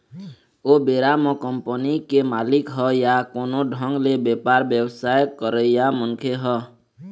ओ बेरा म कंपनी के मालिक ह या कोनो ढंग ले बेपार बेवसाय करइया मनखे ह